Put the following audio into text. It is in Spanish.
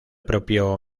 propio